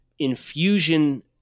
infusion